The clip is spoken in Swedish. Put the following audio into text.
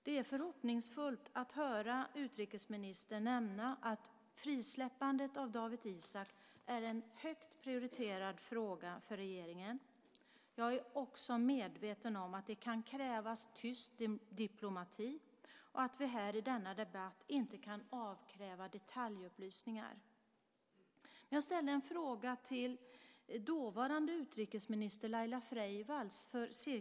Det är förhoppningsfullt att höra utrikesministern nämna att frisläppandet av Dawit Isaak är en högt prioriterad fråga för regeringen. Jag är också medveten om att det kan krävas tyst diplomati och att vi här i denna debatt inte kan avkräva detaljupplysningar. Jag ställde för cirka ett år sedan en fråga till dåvarande utrikesminister Laila Freivalds.